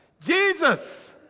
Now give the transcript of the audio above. Jesus